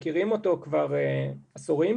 מכירים אותו כבר עשורים,